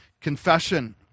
confession